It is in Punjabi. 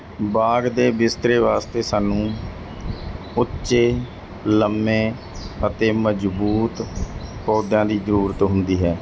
ਬਾਗ ਦੇ ਬਿਸਤਰੇ ਵਾਸਤੇ ਸਾਨੂੰ ਉੱਚੇ ਲੰਮੇ ਅਤੇ ਮਜ਼ਬੂਤ ਪੌਦਿਆਂ ਦੀ ਜ਼ਰੂਰਤ ਹੁੰਦੀ ਹੈ